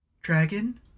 Dragon